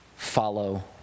follow